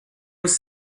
was